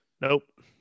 nope